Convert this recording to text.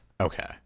Okay